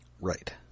Right